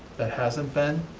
hasn't been,